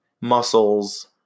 muscles